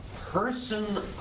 person